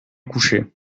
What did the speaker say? coucher